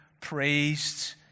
praised